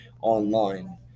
online